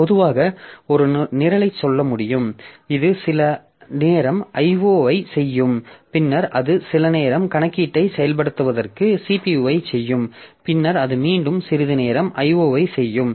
பொதுவாக ஒரு நிரலைச் சொல்ல முடியும் இது சில நேரம் IO ஐச் செய்யும் பின்னர் அது சில நேரம் கணக்கீட்டை செயல்படுத்துவதற்கு CPU ஐச் செய்யும் பின்னர் அது மீண்டும் சிறிது நேரம் IO ஐ செய்யும்